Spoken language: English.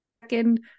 second